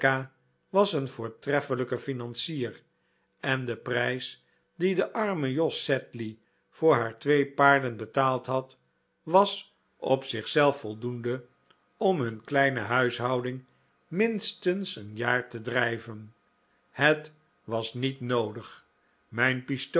was een voortreffelijke financier en de prijs dien de arme jos sedley voor haar twee paarden betaald had was op zichzelf voldoende om hun kleine huishouding minstens een jaar te drijven het was niet noodig mijn